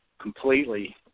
completely